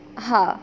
હા